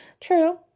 True